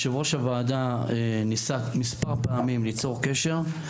יושב-ראש הוועדה ניסה מספר פעמים ליצור קשר,